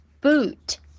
boot